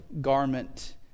garment